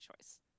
choice